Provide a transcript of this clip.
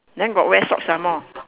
then got wear socks some more